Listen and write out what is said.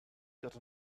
got